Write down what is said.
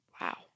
Wow